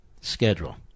schedule